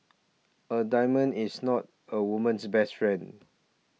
a diamond is not a woman's best friend